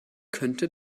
könnte